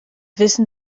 wissen